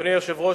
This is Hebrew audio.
אדוני היושב-ראש,